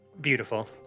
Beautiful